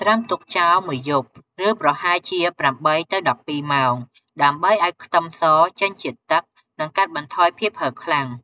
ត្រាំទុកចោលមួយយប់ ឬប្រហែលជា ៨ទៅ១២ ម៉ោង ដើម្បីឱ្យខ្ទឹមសចេញជាតិទឹក និងកាត់បន្ថយភាពហឹរខ្លាំង។